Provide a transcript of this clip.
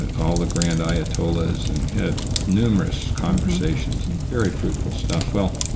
and all the grand ayatollahs, and had numerous conversations, very fruitful stuff. well,